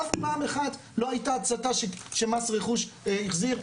אף פעם אחת לא הייתה הצתה שמס רכוש החזיר.